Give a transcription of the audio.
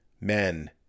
men